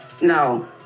no